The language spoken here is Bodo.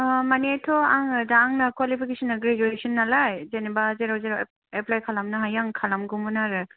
मानेथ' आङो दा आंनो कुवालिफिकेसनआ ग्रेजुएसन नालाय जेनबा जेराव जेराव एफ्लाइ खालामनो हायो आं खालामगौमोन आरो